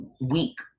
week